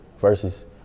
versus